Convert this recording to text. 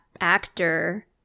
actor